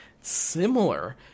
similar